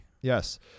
Yes